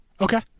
Okay